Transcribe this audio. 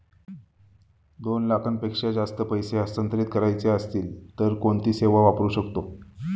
दोन लाखांपेक्षा जास्त पैसे हस्तांतरित करायचे असतील तर कोणती सेवा वापरू शकतो?